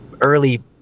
early